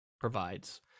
provides